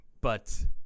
but-